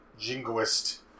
jingoist